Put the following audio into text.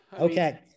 okay